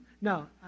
No